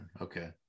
Okay